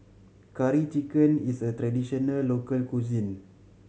Curry Chicken is a traditional local cuisine